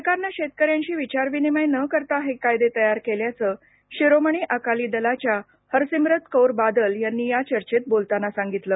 सरकारनं शेतकऱ्यांशी विचार विनिमय न करता हे कायदे तयार केल्याचं शिरोमणी अकाली दलाच्या हरसिमरत कौर बादल या चर्चेत बोलताना सांगितलं